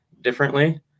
differently